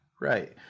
Right